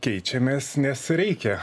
keičiamės nes reikia cha